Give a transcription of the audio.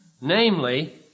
Namely